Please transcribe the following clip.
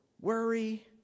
worry